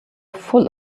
full